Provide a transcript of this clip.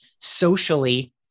socially